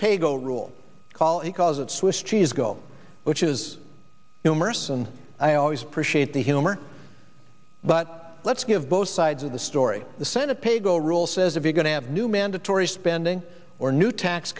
pay go rule call it cause it swiss cheese go which is numerous and i always preached at the humor but let's give both sides of the story the senate paygo rule says if you're going to add new mandatory spending or new tax